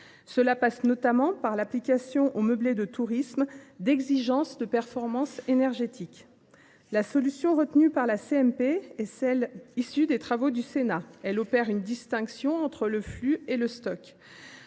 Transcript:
Cela passe notamment par l’application aux meublés de tourisme d’exigences de performance énergétique. La solution retenue par la commission mixte paritaire est issue des travaux du Sénat. Elle opère une distinction entre le flux et le stock